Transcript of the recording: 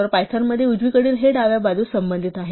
तर पायथनमध्ये उजवीकडील हे डाव्या बाजूस संबंधित आहे